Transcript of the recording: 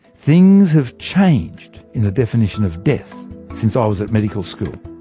things have changed in the definition of death since i was at medical school.